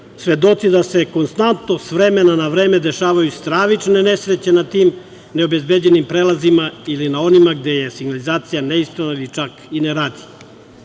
svedoci da se konstantno, s vremena na vreme, dešavaju stravične nesreće na tim neobezbeđenim prelazima ili na onima gde je signalizacija neispravna ili čak ne